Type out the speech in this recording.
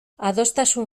adostasun